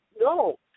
no